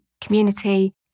community